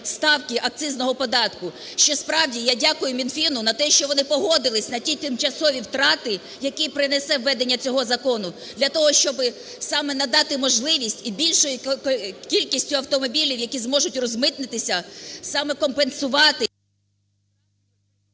ставки акцизного податку, що, справді, я дякую Мінфіну за те, що вони погодилися на ті тимчасові втрати, які принесе введення цього закону для того, щоби саме надати можливість і більшій кількості автомобілів, які зможуть розмитнитися, саме компенсувати…